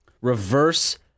Reverse